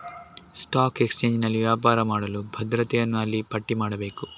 stock ಎಕ್ಸ್ಚೇಂಜಿನಲ್ಲಿ ವ್ಯಾಪಾರ ಮಾಡಲು ಭದ್ರತೆಯನ್ನು ಅಲ್ಲಿ ಪಟ್ಟಿ ಮಾಡಬೇಕು